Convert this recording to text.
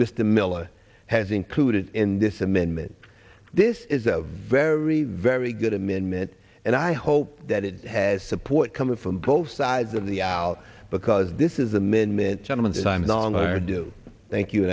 mr miller has included in this amendment this is a very very good amendment and i hope that it has support coming from both sides of the out because this is amendment gentlemen simon on our due thank you